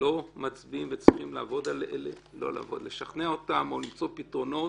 לא מצביעים וצריכים לשכנע אותם או למצוא פתרונות.